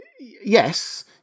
Yes